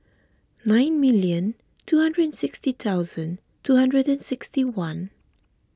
nine million two hundred and sixty thousand two hundred and sixty one